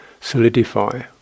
solidify